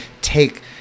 take